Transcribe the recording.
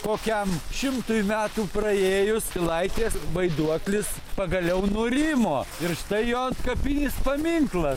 kokiam šimtui metų praėjus pilaitės vaiduoklis pagaliau nurimo ir štai jo antkapinis paminklas